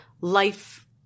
life